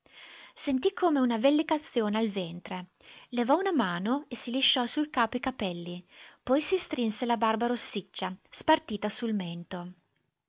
sentì come una vellicazione al ventre levò una mano e si lisciò sul capo i capelli poi si strinse la barba rossiccia spartita sul mento